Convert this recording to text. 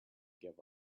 gave